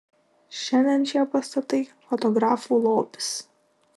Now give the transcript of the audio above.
šiandien šie pastatai fotografų lobis